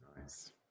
Nice